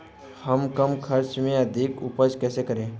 हम कम खर्च में अधिक उपज कैसे करें?